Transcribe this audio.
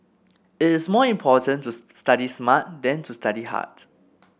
it is more important to study smart than to study hard